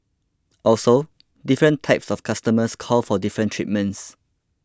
also different types of customers call for different treatments